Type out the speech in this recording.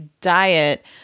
diet